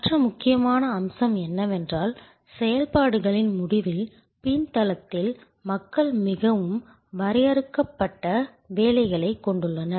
மற்ற முக்கியமான அம்சம் என்னவென்றால் செயல்பாடுகளின் முடிவில் பின்தளத்தில் மக்கள் மிகவும் வரையறுக்கப்பட்ட வேலைகளைக் கொண்டுள்ளனர்